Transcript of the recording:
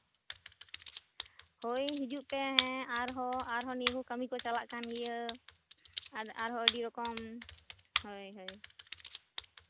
ᱦᱳᱭ ᱦᱤᱡᱩᱜ ᱯᱮ ᱟᱨᱦᱚᱸ ᱠᱟᱹᱢᱤ ᱠᱚ ᱪᱟᱞᱟᱜ ᱠᱟᱱ ᱤᱭᱟᱹ ᱟᱨᱦᱚᱸ ᱟᱹᱰᱤ ᱨᱚᱠᱚᱢ ᱦᱳᱭ ᱦᱳᱭ